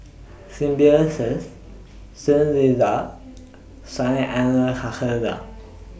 Symbiosis Soon Lee Lodge